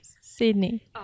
Sydney